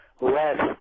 less